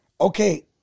okay